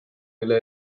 mille